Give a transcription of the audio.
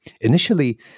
initially